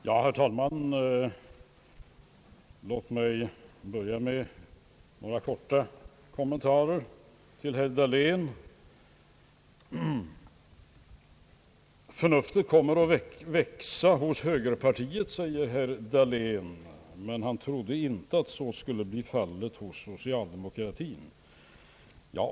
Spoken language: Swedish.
Herr talman! Låt mig börja med några korta kommentarer till herr Dahlen. Förnuftet kommer att växa hos högerpartiet, säger herr Dahlén, men han trodde inte att så skulle bli fallet hos socialdemokratin.